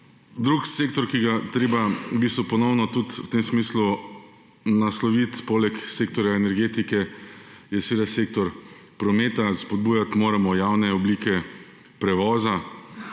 Drugi sektor, ki ga je treba ponovno v tem smislu nasloviti poleg sektorja energetike, je sektor prometa. Spodbujati moramo javne oblike prevoza.